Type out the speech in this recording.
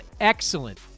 excellent